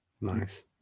Nice